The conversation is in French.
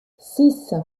six